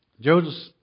Joseph